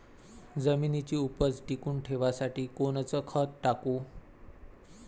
जमिनीची उपज टिकून ठेवासाठी कोनचं खत टाकू?